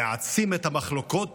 להעצים את המחלוקות